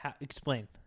Explain